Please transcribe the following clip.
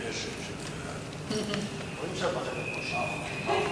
התש"ע 2010, נתקבל.